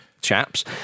chaps